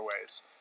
ways